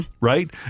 right